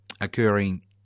occurring